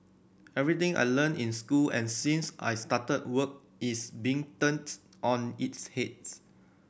everything I learnt in school and since I started work is being turns on its heads